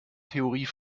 theorie